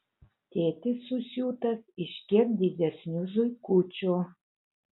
tėtis susiūtas iš kiek didesnių zuikučių